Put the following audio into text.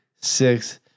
six